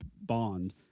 bond